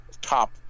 top